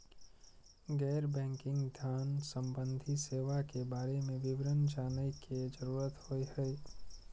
गैर बैंकिंग धान सम्बन्धी सेवा के बारे में विवरण जानय के जरुरत होय हय?